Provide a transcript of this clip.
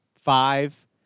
five